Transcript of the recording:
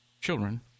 children